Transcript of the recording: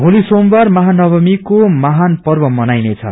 मोलि सोमबार महानवमीको महान पर्व मनाइनेछ